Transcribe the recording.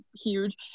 huge